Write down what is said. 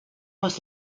was